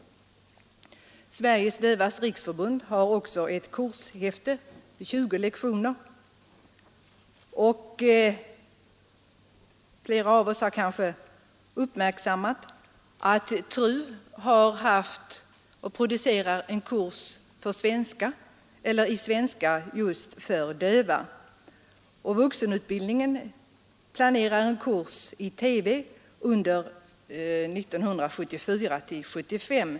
Sveriges dövas riksförbund har ett kurshäfte med 24 lektioner. Flera av oss har kanske också uppmärksammat att TRU producerar en kurs i svenska just för döva. Vuxenutbildningen planerar även en kurs i TV under 1974/75.